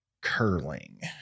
curling